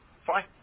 Fine